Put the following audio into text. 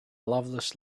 loveless